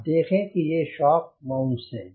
आप देखें कि ये शॉक माउंट्स हैं